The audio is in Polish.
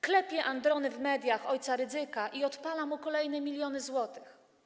Klepie androny w mediach ojca Rydzyka i odpala mu kolejne miliony złotych.